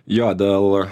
jo dėl